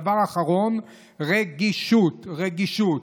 דבר אחרון, רגישות, רגישות.